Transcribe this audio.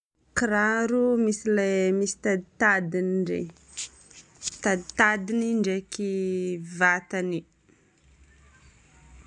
Kiraro misy ilay misy taditadiny regny. Taditadiny ndraiky vatany.